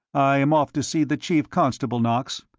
i am off to see the chief constable, knox.